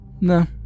No